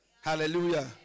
Hallelujah